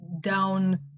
down